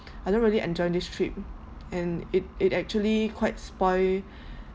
I don't really enjoy this trip and it it actually quite spoil